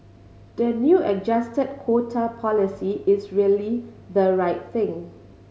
the new adjusted quota policy is really the right thing